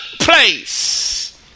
place